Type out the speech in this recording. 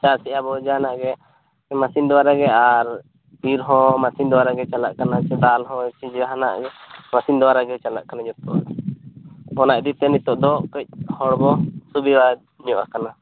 ᱪᱟᱥᱮᱜᱼᱟ ᱵᱚᱱ ᱡᱟᱦᱟᱱᱟᱜ ᱜᱮ ᱢᱮᱹᱥᱤᱱ ᱫᱚᱣᱟᱨᱟ ᱜᱮ ᱟᱨ ᱤᱨ ᱦᱚᱸ ᱢᱮᱹᱥᱤᱱᱫᱚᱣᱟᱨᱟ ᱜᱮ ᱪᱟᱞᱟ ᱠᱟᱱᱟ ᱫᱟᱞ ᱦᱚᱸ ᱥᱮ ᱡᱟᱦᱟᱱᱟᱜ ᱜᱮ ᱢᱮᱹᱥᱤᱱ ᱫᱚᱣᱟᱨᱟ ᱜᱮ ᱪᱟᱞᱟ ᱠᱟᱱᱟ ᱡᱚᱛᱚᱣᱟᱜ ᱚᱱᱟ ᱤᱫᱤᱛᱮ ᱱᱤᱛᱚᱜ ᱫᱚ ᱠᱟᱹᱡ ᱦᱚᱲ ᱵᱚᱱ ᱥᱩᱵᱤᱫᱷᱟ ᱧᱚᱜ ᱟᱠᱟᱱᱟ